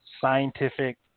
scientific